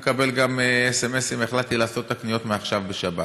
אני מקבל גם סמ"סים: החלטתי לעשות את הקניות מעכשיו בשבת.